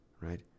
right